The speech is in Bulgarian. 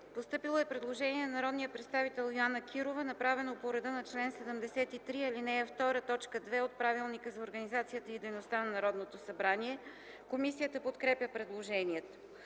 Постъпило е предложение от народния представител Йоана Кирова, направено по реда на чл. 73, ал. 2, т. 2 от Правилника за организацията и дейността на Народното събрание. Комисията подкрепя предложението.